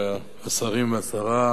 השרים והשרה,